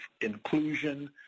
inclusion